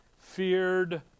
feared